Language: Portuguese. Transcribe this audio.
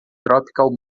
tropical